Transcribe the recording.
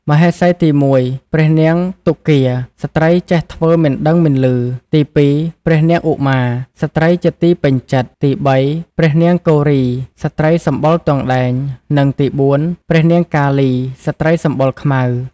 មហេសីទី១ ព្រះនាងទុគ៌ា (ស្ត្រីចេះធ្វើមិនដឹងមិនឮ) ទី២ ព្រះនាងឧមា (ស្រ្តីជាទីពេញចិត្ត) ទី៣ ព្រះនាងគៅរី (ស្ត្រីសម្បុរទង់ដែង) និងទី៤ ព្រះនាងកាលី (ស្ត្រីសម្បុរខ្មៅ)។